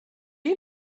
you